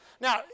Now